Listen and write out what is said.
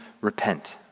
repent